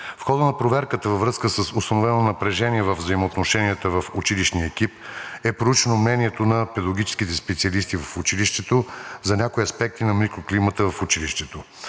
В хода на проверката във връзка с установено напрежение във взаимоотношенията в училищния екип е проучено мнението на педагогическите специалисти в училището за някои аспекти на микроклимата в училището.